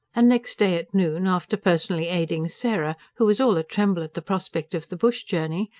and next day at noon, after personally aiding sarah, who was all a-tremble at the prospect of the bush journey,